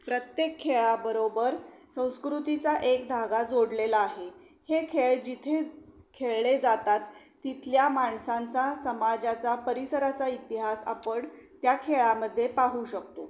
प्रत्येक खेळाबरोबर संस्कृतीचा एक धागा जोडलेला आहे हे खेळ जिथे खेळले जातात तिथल्या माणसांचा समाजाचा परिसराचा इतिहास आपण त्या खेळामध्ये पाहू शकतो